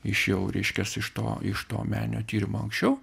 iš jau reiškias iš to iš to meninio tyrimo anksčiau